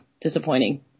Disappointing